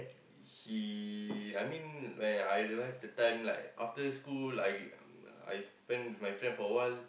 he I mean like I don't have the time like after school I I spend with my friend for a while